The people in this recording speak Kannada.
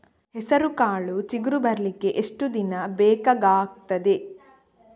ಹೆಸರುಕಾಳು ಚಿಗುರು ಬರ್ಲಿಕ್ಕೆ ಎಷ್ಟು ದಿನ ಬೇಕಗ್ತಾದೆ?